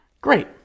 Great